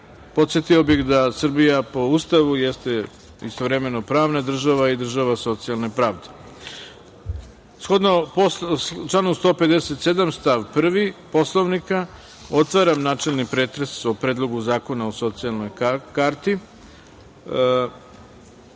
pomoći. Podsetio bih da Srbija po Ustavu jeste istovremeno pravna država i država socijalne pravde. Shodno članu 157. stav 1. Poslovnika, otvaram načelni pretres o Predlogu zakona o socijalnoj